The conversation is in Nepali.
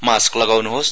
मास्क लगाउन्होस्